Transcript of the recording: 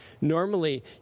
Normally